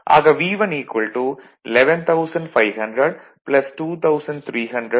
ஆக V1 11500 2300 13800 volt